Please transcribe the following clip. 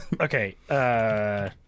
Okay